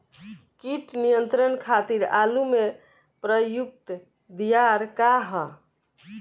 कीट नियंत्रण खातिर आलू में प्रयुक्त दियार का ह?